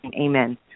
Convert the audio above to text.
amen